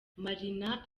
marina